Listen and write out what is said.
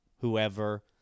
whoever